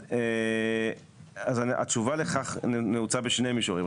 אז התשובה לכך נעוצה בשני מישורים.